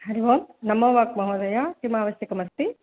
हरि ओं नमो वाक् महोदया किम् आवश्यकम् अस्ति